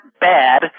Bad